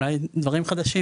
אולי דברים חדשים.